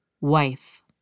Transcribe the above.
wife